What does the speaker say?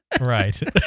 right